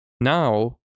now